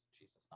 jesus